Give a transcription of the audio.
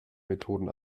methoden